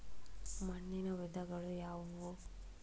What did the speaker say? ಮಣ್ಣಿನ ವಿಧಗಳು ಯಾವುವು?